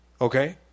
okay